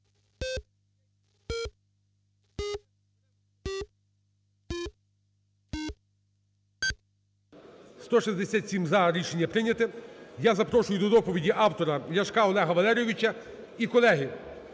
За-167 Рішення прийнято. Я запрошую до доповіді автора Ляшка Олега Валерійовича. І, колеги,